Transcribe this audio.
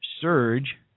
surge